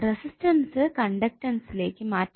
resistance കണ്ടക്ടൺസിലേക് മാറ്റാം